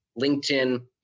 LinkedIn